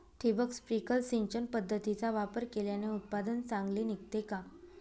ठिबक, स्प्रिंकल सिंचन पद्धतीचा वापर केल्याने उत्पादन चांगले निघते का?